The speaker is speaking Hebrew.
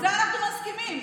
בדיוק, על זה אנחנו מסכימים.